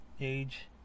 age